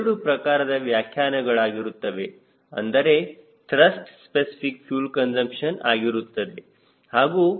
ಇವು Ctಯ 2 ಪ್ರಕಾರದ ವ್ಯಾಖ್ಯಾನಗಳಾಗಿರುತ್ತವೆ ಅಂದರೆ ತ್ರಸ್ಟ್ ಸ್ಪೆಸಿಫಿಕ್ ಫ್ಯೂಲ್ ಕನ್ಸುಂಪ್ಷನ್ ಆಗಿರುತ್ತದೆ